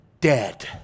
dead